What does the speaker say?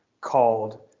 called